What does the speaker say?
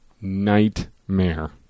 nightmare